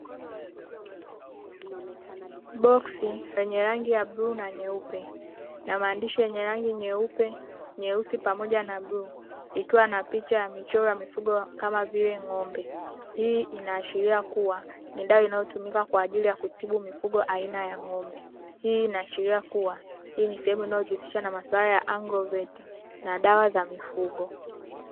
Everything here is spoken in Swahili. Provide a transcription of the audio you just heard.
Boksi lenye rangi ya bluu na nyeupe na maandishi yenye rangi nyeupe, nyeusi pamoja na bluu ikiwa na picha ya michoro ya mifugo kama vile ng'ombe hii inaashiria kuwa ni dawa inayotumika kwa ajili ya kutibu mifugo aina ya ng'ombe. Hii inaashiria kuwa hii ni sehemu inayojihusisha na masuala ya agroveti na dawa za mifugo.